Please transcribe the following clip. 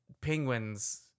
penguins